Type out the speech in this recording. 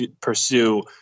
pursue